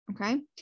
okay